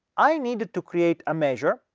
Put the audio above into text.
i need to create a measure.